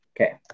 Okay